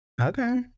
Okay